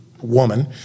woman